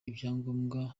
ibyangombwa